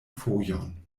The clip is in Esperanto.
fojon